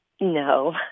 No